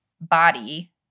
body